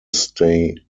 stay